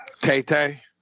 Tay-Tay